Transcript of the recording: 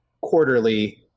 quarterly